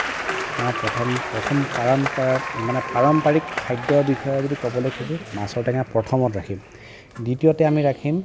তাৰ প্ৰথম প্ৰথম পাৰম্পৰিক খাদ্যৰ বিষয়ে যদি ক'বলৈ খোজো মাছৰ টেঙা প্ৰথমত ৰাখিম দ্বিতীয়তে আমি ৰাখিম